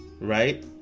right